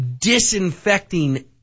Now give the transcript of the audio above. disinfecting